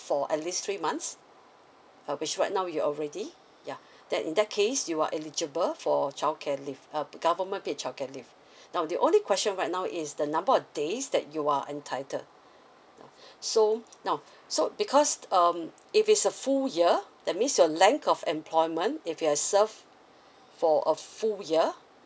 for at least three months uh which right now you are already ya then in that case you are eligible for childcare leave uh government paid childcare leave now the only question right now is the number of days that you are entitled so now so because um if it's a full year that means your length of employment if you have served for a full year